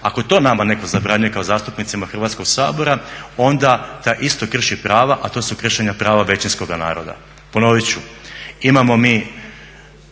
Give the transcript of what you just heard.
ako to nama netko zabranjuje kao zastupnicima Hrvatskog sabora onda taj isto krši prava, a to su kršenja prava većinskoga naroda. Ponovit ću,